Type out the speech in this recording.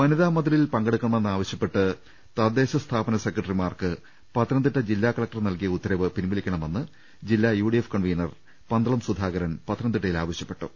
വനിതാമതിലിൽ പങ്കെടുക്കണമെന്നാവശ്യപ്പെട്ട് തദ്ദേശ സ്ഥാപന സെക്രട്ടറിമാർക്ക് പത്തനംതിട്ട ജില്ലാ കല്ക്ടർ നൽകിയ ഉത്തരവ് പിൻവലി ക്കണമെന്ന് ജില്ലാ U D F convener Pandalam Sudhakaran പത്തനം തിട്ടയിൽ ആവശ്യപ്പെട്ടു